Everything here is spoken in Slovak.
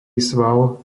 sval